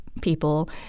people